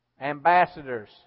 Ambassadors